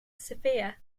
sofia